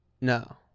No